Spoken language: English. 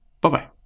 bye-bye